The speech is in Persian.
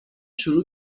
شروع